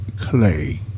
clay